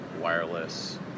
wireless